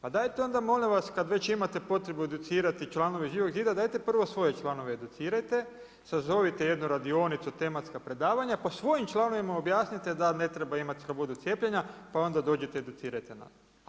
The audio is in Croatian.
Pa dajte onda molim vas kad već imate potrebu educirati članove Živog zida, dajte prvo svoje članove educirajte, sazovite jednu radionicu tematska predavanja pa svojim članovima objasnite da ne treba imati slobodu cijepljenja pa onda dođite i educirajte nas.